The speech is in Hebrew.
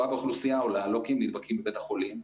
אנחנו עוקבים מספר פעמים ביום אחר העומס בבתי החולים שלנו.